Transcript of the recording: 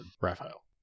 Raphael